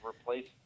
replace